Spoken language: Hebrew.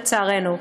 לצערנו.